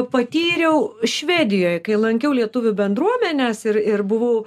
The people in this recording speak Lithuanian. patyriau švedijoj kai lankiau lietuvių bendruomenes ir ir buvau